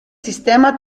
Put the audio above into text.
sistema